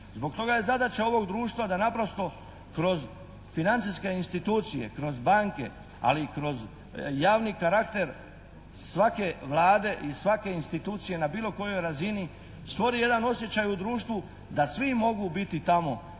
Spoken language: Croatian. Zbog toga je zadaća ovog društva da naprosto kroz financijske institucije, kroz banke ali i kroz javni karakter svake Vlade i svake institucije na bilo kojoj razini stvori jedan osjećaj u društvu da svi mogu biti tamo